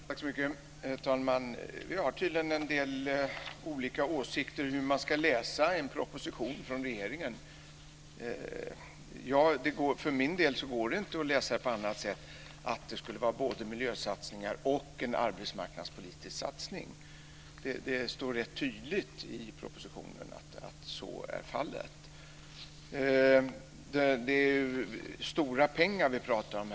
Herr talman! Vi har tydligen en del olika åsikter om hur man ska läsa en proposition från regeringen. För min del går det inte att läsa på annat sätt än att det skulle vara både miljösatsningar och en arbetsmarknadspolitisk satsning. Det står rätt tydligt i propositionen att så är fallet. Det är stora pengar vi pratar om.